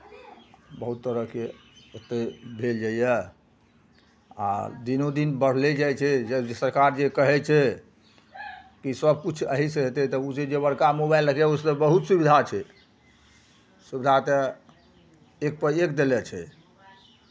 बहुत तरहके ओतेक भेल जाइए आ दिनोदिन बढ़ले जाइ छै जब सरकार जे कहै छै कि सभकिछु एहीसँ हेतै तऽ ओ छै जे बड़का मोबाइल रखैए ओहिसँ बहुत सुविधा छै सुविधा तऽ एकपर एक देने छै